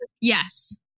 yes